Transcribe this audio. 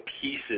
pieces